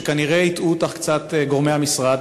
שכנראה הטעו אותך קצת גורמי המשרד,